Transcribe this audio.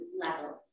level